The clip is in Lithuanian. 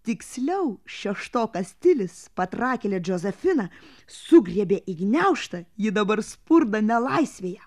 tiksliau šeštokas tilis patrakėlę džozefiną sugriebė į gniaužtą ji dabar spurda nelaisvėje